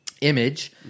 image